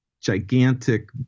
gigantic